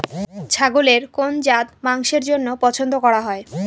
ছাগলের কোন জাত মাংসের জন্য পছন্দ করা হয়?